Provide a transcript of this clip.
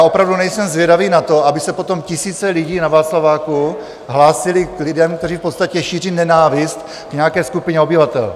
Opravdu nejsem zvědavý na to, aby se potom tisíce lidí na Václaváku hlásily k lidem, kteří v podstatě šíří nenávist k nějaké skupině obyvatel.